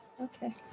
Okay